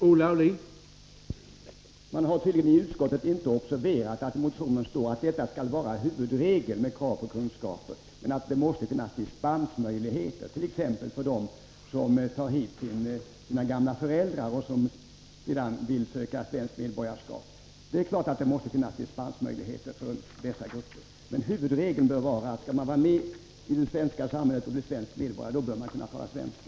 Herr talman! Man har tydligen i utskottet inte observerat att det i motionen står att kravet på kunskaper i svenska skall vara huvudregel, men att det måste finnas dispensmöjligheter, t.ex. för dem som tar hit sina gamla föräldrar som sedan vill söka svenskt medborgarskap. Det är klart att sådana dispensmöjligheter måste finnas. Huvudregeln bör dock vara att skall man vara med i det svenska samhället och vara svensk medborgare, då bör man kunna tala svenska.